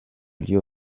lieu